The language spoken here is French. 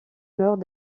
meurt